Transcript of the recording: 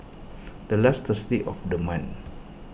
the last Thursday of the month